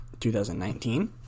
2019